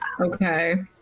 Okay